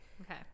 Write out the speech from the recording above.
Okay